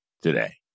today